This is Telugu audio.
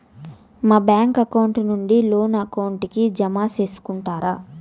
మా బ్యాంకు అకౌంట్ నుండి లోను అకౌంట్ కి జామ సేసుకుంటారా?